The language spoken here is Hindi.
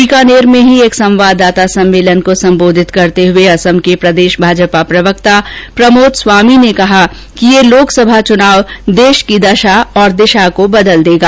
बीकानेर में ही एक संवाददाता सम्मेलन को संबोधित करते हुए असम के प्रदेश भाजपा प्रवक्ता प्रमोद स्वामी ने कहा कि यह लोकसभा चुनाव देश की दशा और दिशा को परिवर्तित कर देगा